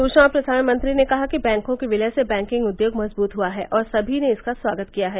सूचना और प्रसारण मंत्री ने कहा कि बैंकों के विलय से बैंकिंग उद्योग मजबूत हुआ है और सभी ने इसका स्वागत किया है